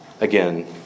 again